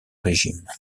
régime